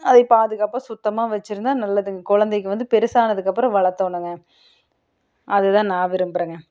அதை பாதுகாப்பாக சுத்தமாக வெச்சுருந்தா நல்லதுங்க குழந்தைக வந்து பெருசானதுக்கப்புறோம் வளர்த்தோணுங்க அது தான் நான் விரும்புகிறேங்க